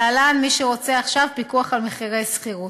להלן, מי שרוצה עכשיו, פיקוח על מחירי שכירות.